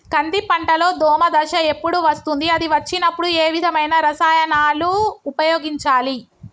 కంది పంటలో దోమ దశ ఎప్పుడు వస్తుంది అది వచ్చినప్పుడు ఏ విధమైన రసాయనాలు ఉపయోగించాలి?